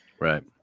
Right